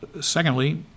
Secondly